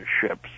ships